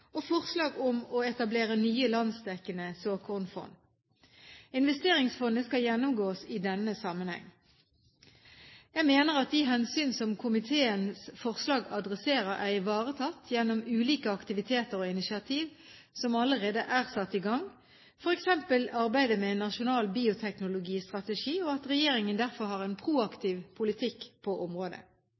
og forslag om å etablere nye landsdekkende såkornfond. Investeringsfondet skal gjennomgås i denne sammenheng. Jeg mener at de hensyn som komiteens forslag adresserer, er ivaretatt gjennom ulike aktiviteter og initiativ som allerede er satt i gang, f.eks. arbeidet med en nasjonal bioteknologistrategi og at regjeringen derfor har en proaktiv politikk på området.